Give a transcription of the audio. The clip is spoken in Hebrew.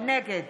נגד